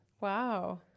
Wow